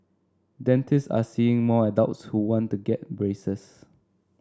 dentists are seeing more adults who want to get braces